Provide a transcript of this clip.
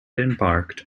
embarked